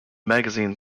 magazine